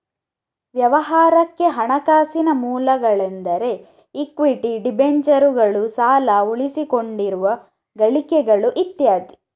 ವ್ಯವಹಾರಕ್ಕೆ ಹಣಕಾಸಿನ ಮೂಲಗಳೆಂದರೆ ಇಕ್ವಿಟಿ, ಡಿಬೆಂಚರುಗಳು, ಸಾಲ, ಉಳಿಸಿಕೊಂಡಿರುವ ಗಳಿಕೆಗಳು ಇತ್ಯಾದಿ